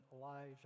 Elijah